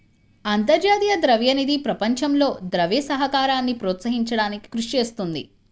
అంతర్జాతీయ ద్రవ్య నిధి ప్రపంచంలో ద్రవ్య సహకారాన్ని ప్రోత్సహించడానికి కృషి చేస్తుంది